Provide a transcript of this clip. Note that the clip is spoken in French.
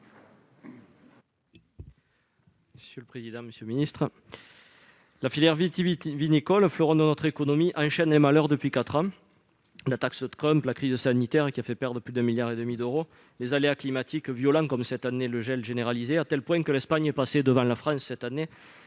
La filière vitivinicole, fleuron de notre économie, enchaîne les malheurs depuis quatre ans- taxe Trump, crise sanitaire qui a fait perdre plus de 1,5 milliard d'euros, aléas climatiques violents, comme cette année le gel généralisé, etc. -à tel point que l'Espagne est passée devant la France cette année